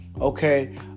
okay